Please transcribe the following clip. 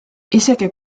isegi